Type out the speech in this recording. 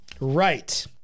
Right